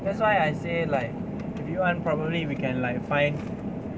that's why I say like if you want probably we can like find